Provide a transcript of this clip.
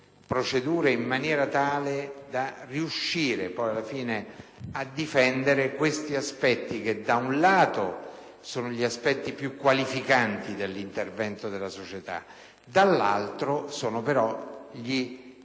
procedure in maniera tale da riuscire poi, alla fine, a difendere questi aspetti che, da un lato, sono gli aspetti più qualificanti dell'intervento della società e, dall'altro, sono le situazioni